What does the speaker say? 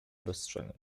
bezczelnie